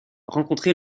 rencontré